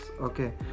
okay